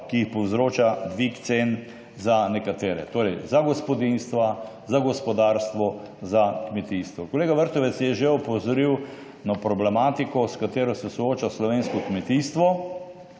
ki jih povzroča dvig cen za nekatere.« Torej za gospodinjstva, za gospodarstvo, za kmetijstvo. Kolega Vrtovec je že opozoril na problematiko, s katero se sooča slovensko kmetijstvo.